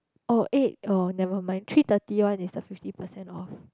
oh eh oh never mind three thirty one is the fifty percent off